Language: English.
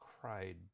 cried